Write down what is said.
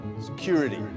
Security